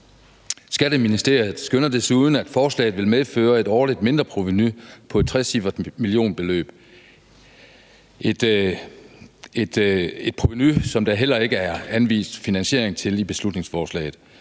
Skatteministeriet skønner desuden, at forslaget vil medføre et årligt mindreprovenu på et trecifret millionbeløb – et provenu, som der heller ikke er anvist finansiering til i beslutningsforslaget.